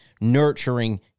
nurturing